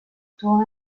actuó